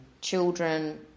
children